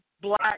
Black